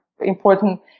important